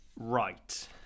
Right